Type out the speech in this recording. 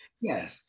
yes